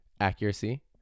accuracy